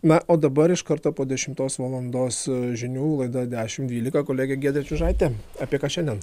na o dabar iš karto po dešimtos valandos žinių laida dešim dvylika kolegė giedrė čiužaitė apie ką šiandien